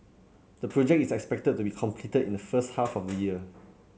the project is expected to be completed in the first half of this year